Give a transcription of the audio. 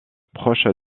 proche